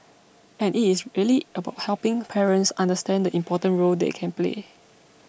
and it is really about helping parents understand the important role they can play